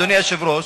אדוני היושב-ראש,